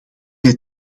hij